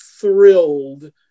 thrilled